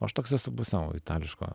aš toks esu pusiau itališko